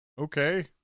Okay